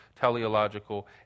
teleological